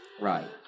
Right